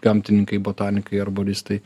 gamtininkai botanikai arboristai